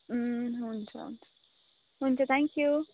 हुन्छ हुन्छ हुन्छ थ्याङ्क्यु